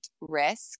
risk